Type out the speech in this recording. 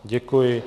Děkuji.